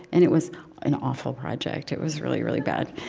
and it was an awful project. it was really, really bad.